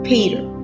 Peter